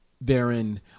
therein